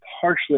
partially